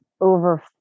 over